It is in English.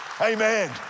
Amen